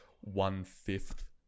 one-fifth